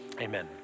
amen